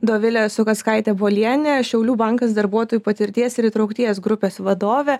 dovilė sukackaitė bolienė šiaulių bankas darbuotojų patirties ir įtraukties grupės vadovė